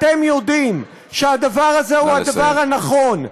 אתם יודעים שהדבר הזה הוא הדבר הנכון,